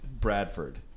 Bradford